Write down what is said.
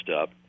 up